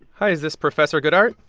hi. is this professor goodhart?